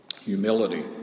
humility